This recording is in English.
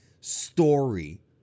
story